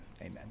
Amen